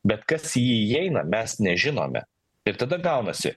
bet kas į jį įeina mes nežinome ir tada gaunasi